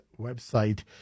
website